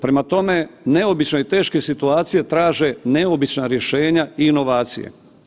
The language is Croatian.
Prema tome, neobično je i teške situacije traže neobična rješenja i inovacije.